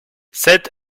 sept